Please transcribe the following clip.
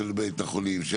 של בית החולים,